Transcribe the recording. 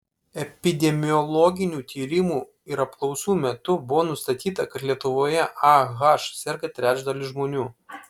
epidemiologinių tyrimų ir apklausų metu buvo nustatyta kad lietuvoje ah serga trečdalis žmonių